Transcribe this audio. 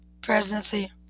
presidency